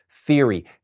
theory